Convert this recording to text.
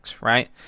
right